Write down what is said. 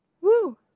Woo